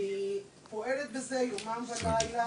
אני פועלת בזה יום ולילה,